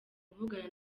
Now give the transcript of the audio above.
kuvugana